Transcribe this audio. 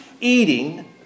eating